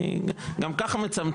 אני גם ככה מצמצם.